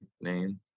name